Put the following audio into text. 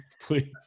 Please